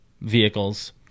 vehicles